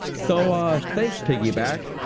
so ah thanks piggyback!